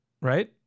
right